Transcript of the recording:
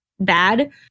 Bad